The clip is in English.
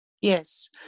Yes